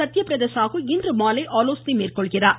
சத்தியபிரத சாகு இன்று மாலை ஆலோசனை மேற்கொள்கிறார்